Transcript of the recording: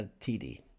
TD